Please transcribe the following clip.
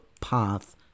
path